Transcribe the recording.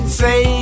say